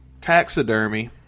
Taxidermy